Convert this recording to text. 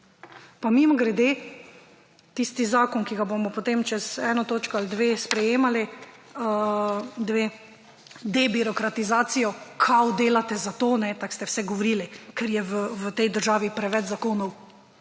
Pa mimogrede tisti zakon, ki ga bomo potem čez eno točko ali dve sprejemali, debirokratizacijo kao delate zato, tako ste vsaj govorili, ker je v tej državi preveč zakonov